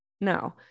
no